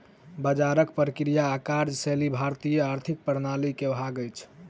बजारक प्रक्रिया आ कार्यशैली भारतीय आर्थिक प्रणाली के भाग अछि